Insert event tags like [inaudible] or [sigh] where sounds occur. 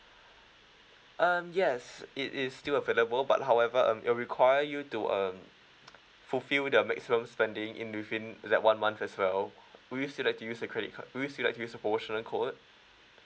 um yes it is still available but however um it'll require you to um [noise] fulfill the maximum spending in within that one month as well would you still like to use the credit card would you still like to use the promotional code